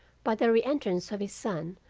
by the reentrance of his son,